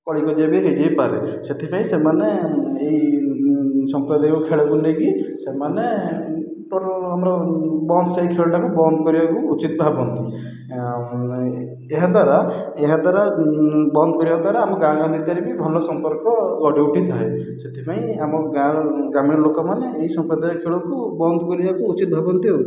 କଳିକଜିଆ ବି ହୋଇଯାଇପାରେ ସେଥିପାଇଁ ସେମାନେ ଏହି ସାମ୍ପ୍ରଦାୟିକ ଖେଳକୁ ନେଇକି ସେମାନେ ଆମର ବନ୍ଦ ସେହି ଖେଳଟାକୁ ବନ୍ଦ କରିବାକୁ ଉଚିତ୍ ଭାବନ୍ତି ଏହା ଦ୍ୱାରା ଏହା ଦ୍ୱାରା ବନ୍ଦ କରିବା ଦ୍ଵାରା ଆମ ଗାଁ ଗାଁ ଭିତରେ ବି ଭଲ ସମ୍ପର୍କ ଗଢ଼ିଉଠିଥାଏ ସେଥିପାଇଁ ଆମ ଗାଁର ଗ୍ରାମୀଣ ଲୋକମାନେ ଏହି ସମ୍ପ୍ରଦାୟ ଖେଳକୁ ବନ୍ଦ କରିବାକୁ ଉଚିତ୍ ଭାବନ୍ତି ଆଉ